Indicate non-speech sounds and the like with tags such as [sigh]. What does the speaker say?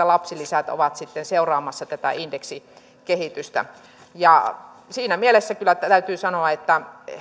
[unintelligible] lapsilisät ovat seuraamassa tätä indeksikehitystä siinä mielessä täytyy sanoa että